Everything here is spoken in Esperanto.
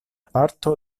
parto